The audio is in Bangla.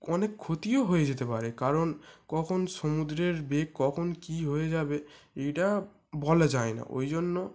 অনেক ক্ষতিও হয়ে যেতে পারে কারণ কখন সমুদ্রের বেগ কখন কী হয়ে যাবে এটা বলা যায় না ওই জন্য